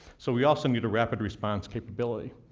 so we also need a rapid-response capability.